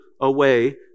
away